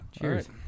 Cheers